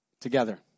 Together